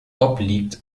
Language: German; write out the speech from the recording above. obliegt